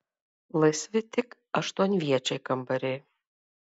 laisvi tik aštuonviečiai kambariai